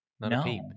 No